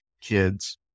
kids